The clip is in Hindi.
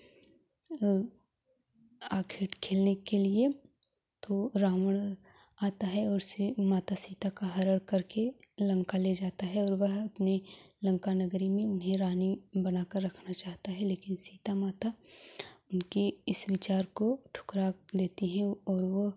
आखेट खेलने के लिए तो रावण आता है उसे माता सीता का हरण करके लंका ले जाता है और वह अपने लंका नगरी में उन्हें रानी बनाकर रखना चाहता है लेकिन सीता माता उनके इस विचार को ठुकरा देती हैं और वह